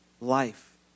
life